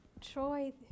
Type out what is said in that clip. Troy